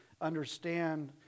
understand